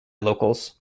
locals